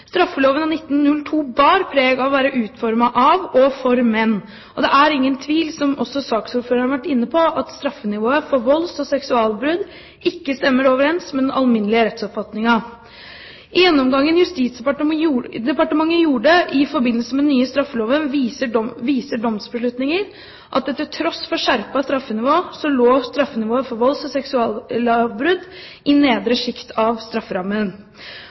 Straffeloven av 1902 bar preg av å være utformet av og for menn, og det er ingen tvil om, som også saksordføreren har vært inne på, at straffenivået for volds- og seksuallovbrudd ikke stemmer overens med den alminnelige rettsoppfatningen. I gjennomgangen Justisdepartementet gjorde i forbindelse med den nye straffeloven, viser domsbeslutninger at til tross for skjerpet straffenivå lå straffenivået for volds- og seksuallovbrudd i nedre sjikt av strafferammen.